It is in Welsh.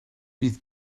bydd